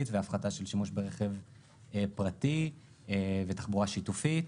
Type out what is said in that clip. והפחתה של שימוש ברכב פרטי ותחבורה שיתופית.